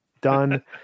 done